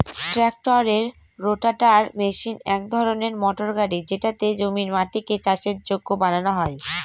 ট্রাক্টরের rotavator machine এক ধরনের মোটর গাড়ি যেটাতে জমির মাটিকে চাষের যোগ্য বানানো হয়